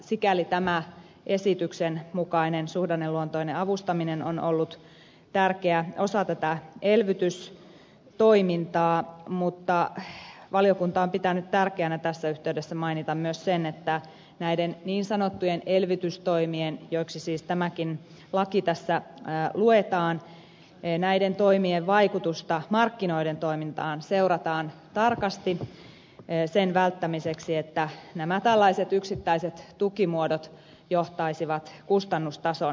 sikäli tämä esityksen mukainen suhdanneluontoinen avustaminen on ollut tärkeä osa tätä elvytystoimintaa mutta valiokunta on pitänyt tärkeänä tässä yhteydessä mainita myös sen että näiden niin sanottujen elvytystoimien joiksi siis tämäkin laki tässä luetaan vaikutusta markkinoiden toimintaan seurataan tarkasti sen välttämiseksi että nämä tällaiset yksittäiset tukimuodot johtaisivat kustannustason nousuun